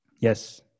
Yes